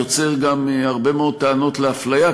זה יוצר גם הרבה מאוד טענות על אפליה,